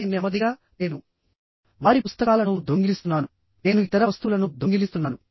ఆపై నెమ్మదిగానేను వారి పుస్తకాలను దొంగిలిస్తున్నానునేను ఇతర వస్తువులను దొంగిలిస్తున్నాను